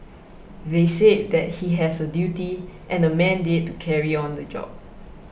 they said that he has a duty and a mandate to carry on in the job